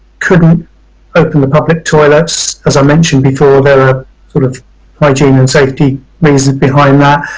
couldn't open the public toilets as i mentioned before, there are sort of hygiene and safety reasons behind that.